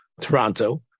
Toronto